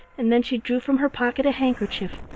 and then she drew from her pocket a handkerchief,